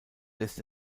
lässt